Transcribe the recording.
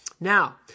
Now